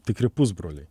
tikri pusbroliai